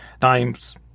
times